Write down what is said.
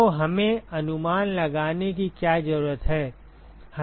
तो हमें अनुमान लगाने की क्या ज़रूरत है